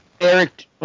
Eric